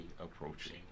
approaching